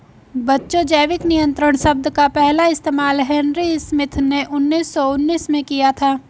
बच्चों जैविक नियंत्रण शब्द का पहला इस्तेमाल हेनरी स्मिथ ने उन्नीस सौ उन्नीस में किया था